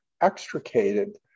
extricated